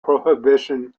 prohibition